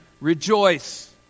rejoice